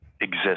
exist